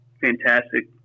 fantastic